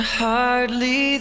hardly